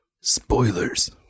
spoilers